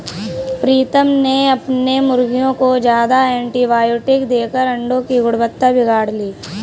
प्रीतम ने अपने मुर्गियों को ज्यादा एंटीबायोटिक देकर अंडो की गुणवत्ता बिगाड़ ली